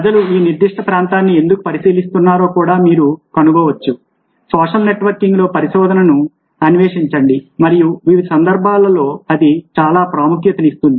ప్రజలు ఈ నిర్దిష్ట ప్రాంతాన్ని ఎందుకు పరిశీలిస్తున్నారో కూడా మీరు కనుగొనవచ్చు సోషల్ నెట్వర్కింగ్లో పరిశోధనను అన్వేషించండి మరియు వివిధ సందర్భాలలో అది ఎలా ప్రాముఖ్యతనిస్తుంది